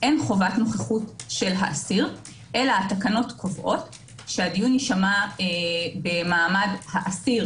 אין חובת נוכחות של האסיר אלא התקנות קובעות שהדיון יישמע במעמד האסיר